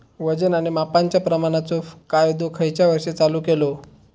वजन आणि मापांच्या प्रमाणाचो कायदो खयच्या वर्षी चालू केलो?